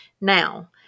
Now